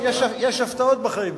יש הפתעות בחיים,